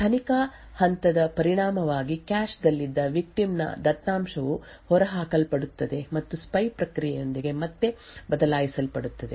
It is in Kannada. ತನಿಖಾ ಹಂತದ ಪರಿಣಾಮವಾಗಿ ಕ್ಯಾಶ್ ದಲ್ಲಿದ್ದ ವಿಕ್ಟಿಮ್ ನ ದತ್ತಾಂಶವು ಹೊರಹಾಕಲ್ಪಡುತ್ತದೆ ಮತ್ತು ಸ್ಪೈ ಪ್ರಕ್ರಿಯೆಯೊಂದಿಗೆ ಮತ್ತೆ ಬದಲಾಯಿಸಲ್ಪಡುತ್ತದೆ